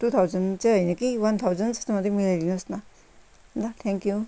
two thousand चाहिँ होइन कि वान थाउजन्ड जस्तोमा चाहिँ मिलाइदिनुहोस् न ल थ्याङ्क यू